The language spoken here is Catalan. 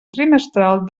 trimestral